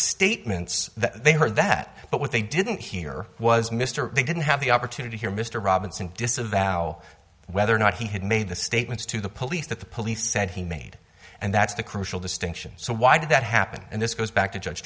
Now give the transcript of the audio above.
statements that they heard that but what they didn't hear was mr they didn't have the opportunity here mr robinson disavow whether or not he had made the statements to the police that the police said he made and that's the crucial distinction so why did that happen and this goes back to judge